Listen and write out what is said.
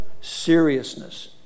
seriousness